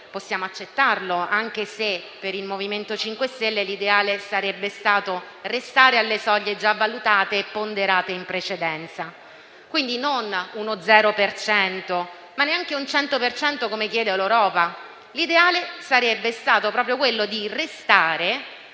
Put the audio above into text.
possiamo accettarlo, anche se per il MoVimento 5 Stelle l'ideale sarebbe stato restare alle soglie già valutate e ponderate in precedenza: quindi non uno zero per cento, ma neanche un 100 per cento, come chiede l'Europa. L'ideale sarebbe stato proprio restare